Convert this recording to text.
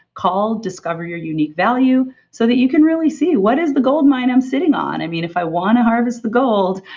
call discover your unique value so that you can really see what is the gold mine i'm sitting on. i mean, if i want to harvest the gold,